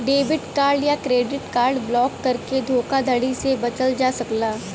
debit card या credit card block करके धोखाधड़ी से बचल जा सकला